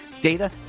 data